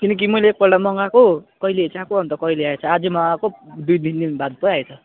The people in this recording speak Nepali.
किनकि मैले एकपल्ट मगाएको कहिले चाहिएको अन्त कहिले आएछ आज मगाएको दुई तिन दिन बाद पो आएछ